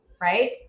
Right